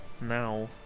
now